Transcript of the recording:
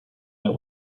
der